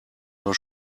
your